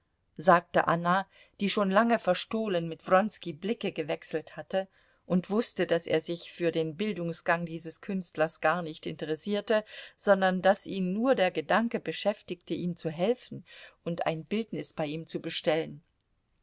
sagte anna die schon lange verstohlen mit wronski blicke gewechselt hatte und wußte daß er sich für den bildungsgang dieses künstlers gar nicht interessierte sondern daß ihn nur der gedanke beschäftigte ihm zu helfen und ein bildnis bei ihm zu bestellen